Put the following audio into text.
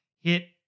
hit